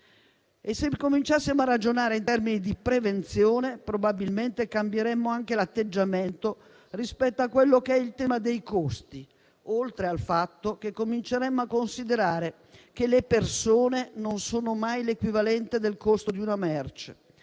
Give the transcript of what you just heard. Se cominciassimo a ragionare in termini di prevenzione, probabilmente cambieremmo anche l'atteggiamento rispetto al tema dei costi, oltre al fatto che cominceremmo a considerare che le persone non sono mai l'equivalente del costo di una merce.